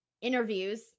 interviews